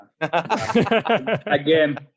Again